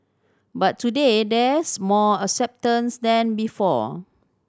but today there's more acceptance than before